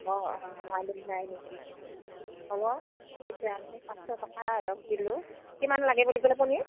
অঁ অঁ পাঁচশ টকা আৰু কিলো কিমান লাগে বুলি পনীৰ